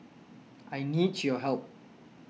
I need your help